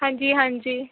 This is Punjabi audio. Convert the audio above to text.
ਹਾਂਜੀ ਹਾਂਜੀ